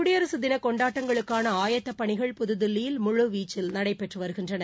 குடியரசுதின கொண்டாட்டங்களுக்கான ஆயத்தப் பணிகள் புதுதில்லியில் முழுவீச்சில் நடைபெற்று வருகின்றன